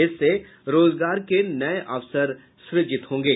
इससे रोजगार के नये अवसर सृजित होंगे